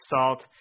salt